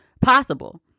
possible